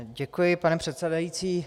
Děkuji, pane předsedající.